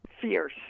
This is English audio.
fierce